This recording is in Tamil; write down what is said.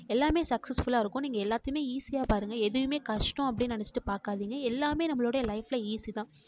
எல்லாம் சக்ஸஸ்ஃபுல்லாக இருக்கும் நீங்கள் எல்லாத்தையுமே ஈஸியாக பாருங்கள் எதையும் கஷ்டம் அப்டின்னு நெனைச்சிட்டு பார்க்காதீங்க எல்லாம் நம்பளுடைய லைஃபில் ஈஸி